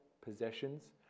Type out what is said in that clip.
possessions